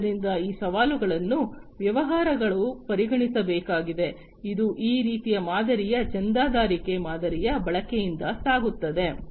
ಆದ್ದರಿಂದ ಈ ಸವಾಲುಗಳನ್ನು ವ್ಯವಹಾರಗಳು ಪರಿಗಣಿಸಬೇಕಾಗಿದೆ ಇದು ಈ ರೀತಿಯ ಮಾದರಿಯ ಚಂದಾದಾರಿಕೆ ಮಾದರಿಯ ಬಳಕೆಯಿಂದ ಸಾಗುತ್ತದೆ